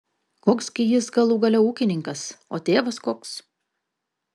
koks gi jis galų gale ūkininkas o tėvas koks